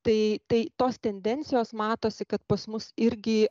tai tai tos tendencijos matosi kad pas mus irgi